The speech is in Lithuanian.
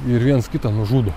ir viens kitą nužudo